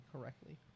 correctly